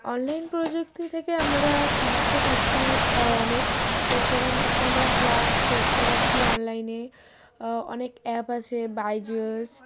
online প্রযুক্তি থেকে আমরা সাহায্য পাচ্ছি অনেক তো সেখান থেকে আমরা ক্লাস করতে পারছি অনলাইনে অনেক অ্যাপ আছে বাইজুস